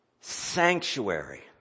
sanctuary